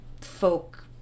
folk